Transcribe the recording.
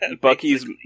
bucky's